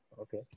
Okay